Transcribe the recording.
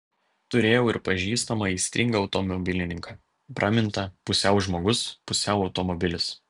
turėjau ir pažįstamą aistringą automobilininką pramintą pusiau žmogus pusiau automobilis